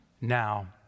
now